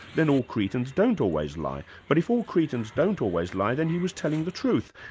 then all cretans don't always lie, but if all cretans don't always lie, then he was telling the truth,